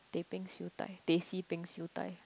teh peng siew dai teh C peng siew dai